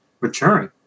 maturing